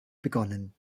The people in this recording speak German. begonnen